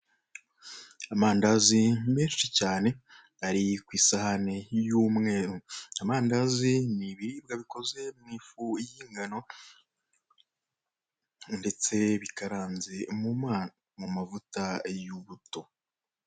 Amandazi menshi cyane ari ku isahane y'umweru. Amandazi ni ibiribwa bikoze mu ifu y'ingano ndetse bikaranze mu mavuta y'ubuto.